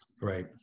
Right